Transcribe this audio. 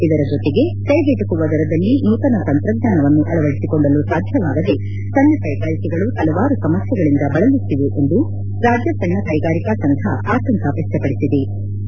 ಇದರ ಜೊತೆಗೆ ಕೈಗೆಟಕುವ ದರದಲ್ಲಿ ನೂತನ ತಂತ್ರಜ್ಞಾನವನ್ನು ಅಳವಡಿಸಿಕೊಳ್ಳಲು ಸಾಧ್ಯವಾಗದೆ ಸಣ್ಣ ಕೈಗಾರಿಕೆಗಳು ಪಲವಾರು ಸಮಸ್ಥೆಗಳಿಂದ ಬಳಲುತ್ತಿವೆ ಎಂದು ರಾಜ್ಯ ಸಣ್ಣ ಕೈಗಾರಿಕೆಗಳ ಸಂಘ ಆತಂಕ ವ್ಯಕ್ತಪಡಿಸಿವೆ